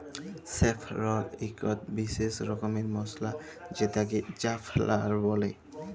saffron ইকট বিসেস রকমের মসলা যেটাকে জাফরাল বল্যে